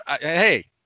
Hey